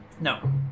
No